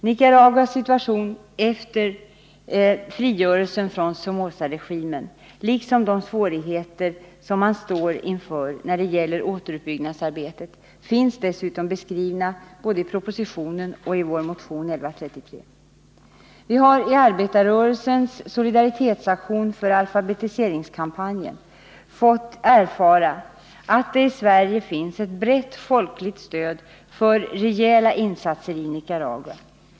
Nicaraguas situation efter frigörelsen från Somozaregimen, liksom de svårigheter man står inför när det gäller återuppbyggnadsarbetet, finns dessutom beskrivna både i propositionen och i vår motion 1133. Vi har i arbetarrörelsens solidaritetsaktion för alfabetiseringskampanjen fått erfara att det i Sverige finns ett brett folkligt stöd för rejäla insatser i Nicaragua.